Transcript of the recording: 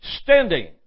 standing